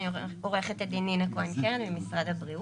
אני עורכת דין ממשרד הבריאות.